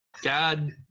God